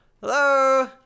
Hello